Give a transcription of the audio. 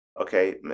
okay